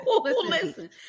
listen